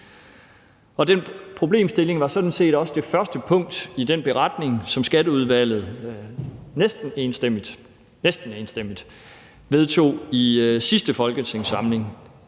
Den problemstilling var sådan set også det første punkt i den beretning, som Skatteudvalget næsten enstemmigt – næsten enstemmigt – vedtog i sidste folketingssamling.